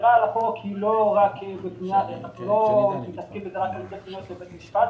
בעבירה על החוק לא מתעסקים רק באמצעות פניות לבית משפט,